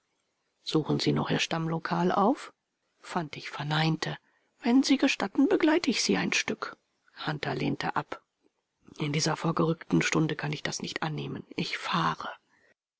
suchen sie noch ihr stammlokal auf fantig verneinte wenn sie gestatten begleite ich sie ein stück hunter lehnte ab in dieser vorgerückten stunde kann ich das nicht annehmen ich fahre